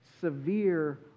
severe